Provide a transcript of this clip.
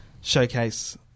Showcase